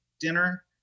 dinner